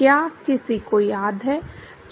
क्या किसी को याद है